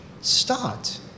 start